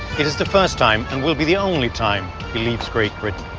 it is the first time and will be the only time he leaves great britain.